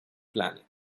planet